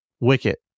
wicket